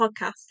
podcast